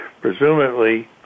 Presumably